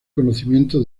conocimiento